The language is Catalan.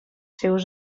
seus